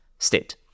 State